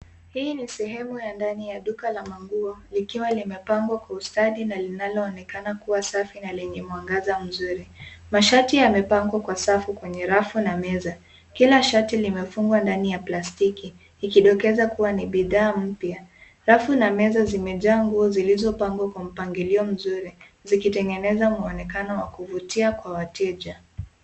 Hii ni sehemu ya ndani ya duka la manguo likiwa limepangwa kwa ustani na linaloonekana kuwa safi na lenye mwangaza mzuri. Mashati yamepangwa kwa safu kwenye rafu na meza. Kila shati limefungwa ndani ya plastiki ikidokeza kuwa ni bidhaa mpya. Rafu na meza zimejaa nguo zilizopangwa kwa mpangilio mzuri zikitengeneza mwonekano wa kuvutia kwa wateja.